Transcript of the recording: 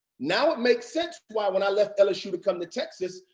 now it makes sense, why when i left lsu to come to texas,